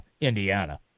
Indiana